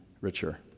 richer